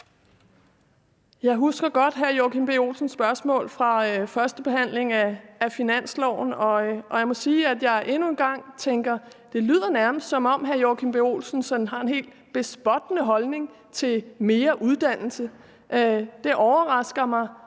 Jeg husker godt hr. Joachim B. Olsens spørgsmål fra førstebehandlingen af finansloven, og jeg må sige, at jeg endnu en gang tænker, at det nærmest lyder, som om hr. Joachim B. Olsen har en helt bespottende holdning til mere uddannelse. Det overrasker mig